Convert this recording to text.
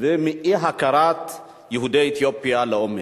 ומאי-הכרת יהודי אתיופיה לעומק.